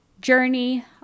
Journey